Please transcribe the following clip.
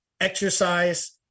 exercise